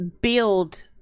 build